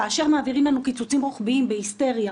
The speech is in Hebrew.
כאשר מעבירים לנו קיצוצים רוחביים בהיסטריה,